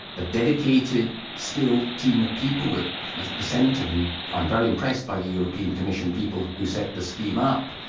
a dedicated skilled team of people at the the centre, and i'm very impressed by the european commission people who set the scheme up,